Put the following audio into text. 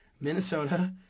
Minnesota